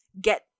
get